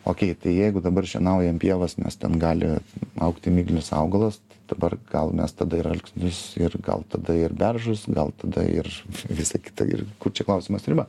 okei tai jeigu dabar šienaujam pievas nes ten gali augti miglinis augalas dabar gal mes tada ir alksnius ir gal tada ir beržus gal tada ir visa kita ir kur čia klausimas riba